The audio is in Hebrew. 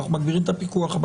אנחנו מגבירים את הפיקוח.